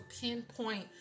pinpoint